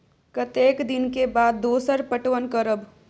कतेक दिन के बाद दोसर पटवन करब?